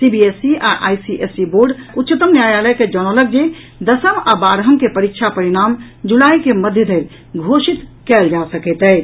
CBSE आ ICSE board उच्चतम न्यायालय के जनौलकि जे दसम आ बारहम के परीक्षा परिणाम जुलाई के मध्य धरि घोषित कयल जा सकैत अछि